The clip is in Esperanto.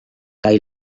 kaj